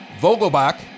Vogelbach